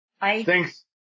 Thanks